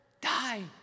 die